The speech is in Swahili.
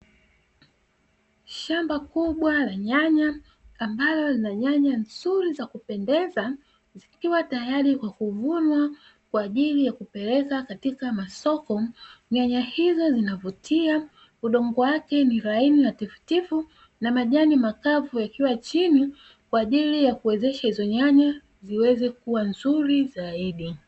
Shamba kubwa la nyanya ambalo lina nyanya nzuri za kupendeza, zikiwa tayari kwa kuvunwa kwa ajili ya kupeleka katika masoko. Nyanya hizo zinavutia, udongo wake ni laini na tifutifu, na majani makavu yakiwa chini kwa ajili ya kuwezesha hizo nyanya ziweze kuwa nzuri zaidi